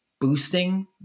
boosting